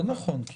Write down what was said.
לא נכון.